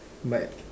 but